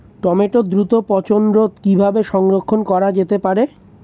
টমেটোর দ্রুত পচনরোধে কিভাবে সংরক্ষণ করা যেতে পারে?